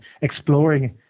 exploring